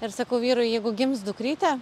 ir sakau vyrui jeigu gims dukrytė